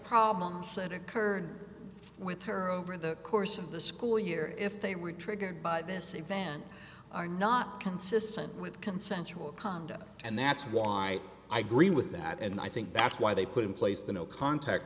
problems that occurred with her over the course of the school year if they were triggered by this event are not consistent with consensual conduct and that's why i green with that and i think that's why they put in place the no contact